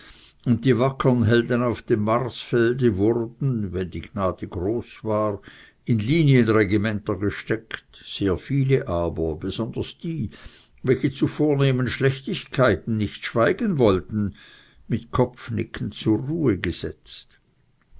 und die wackern helden auf dem marsfelde wurden wenn die gnade groß war in linienregimenter gesteckt sehr viele aber besonders die welche zu vornehmen schlechtigkeiten nicht schweigen wollten mit kopfnicken zur ruhe gesetzt